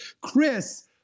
Chris